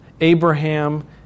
Abraham